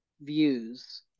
views